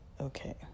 okay